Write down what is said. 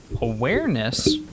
Awareness